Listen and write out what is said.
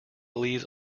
leaves